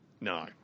No